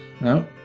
no